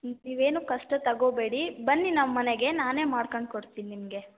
ನೀವೇನೂ ಕಷ್ಟ ತಗೋಬೇಡಿ ಬನ್ನಿ ನಮ್ಮ ಮನೆಗೆ ನಾನೇ ಮಾಡ್ಕಂಡು ಕೊಡ್ತೀನಿ ನಿಮಗೆ